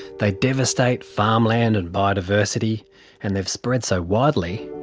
they devastate farmland and biodiversity and they've spread so widely,